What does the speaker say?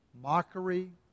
mockery